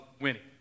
winning